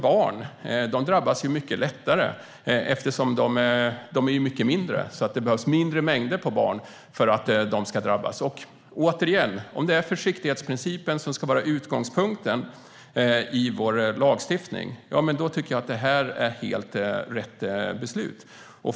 Barn drabbas lättare eftersom de är mycket mindre och eftersom det därför behövs mindre mängder för att de ska drabbas. Om försiktighetsprincipen ska vara utgångspunkten i vår lagstiftning är detta helt rätt beslut.